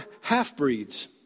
half-breeds